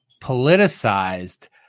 politicized